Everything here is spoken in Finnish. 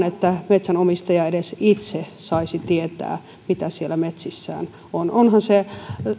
että nimenomaan edes metsänomistaja itse saisi tietää mitä siellä hänen metsissään on onhan se